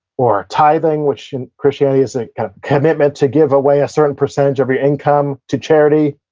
or tithing, which in christianity is a commitment to give away a certain percentage of your income to charity,